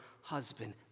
husband